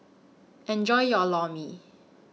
Enjoy your Lor Mee